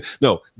no